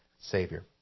Savior